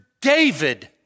David